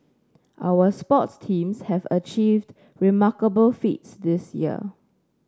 our sports teams have achieved remarkable feats this year